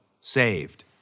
saved